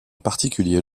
particulier